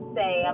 say